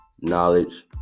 knowledge